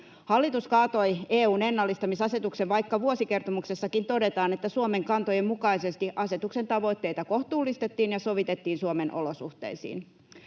Hallitus kaatoi EU:n ennallistamisasetuksen, vaikka vuosikertomuksessakin todetaan, että Suomen kantojen mukaisesti asetuksen tavoitteita kohtuullistettiin ja sovitettiin Suomen olosuhteisiin.